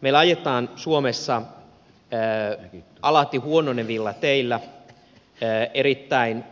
meillä ajetaan suomessa alati huononevilla teillä erittäin